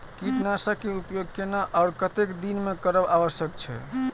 कीटनाशक के उपयोग केना आर कतेक दिन में करब आवश्यक छै?